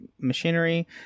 machinery